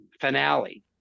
finale